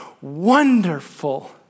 Wonderful